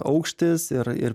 aukštis ir ir